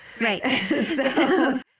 Right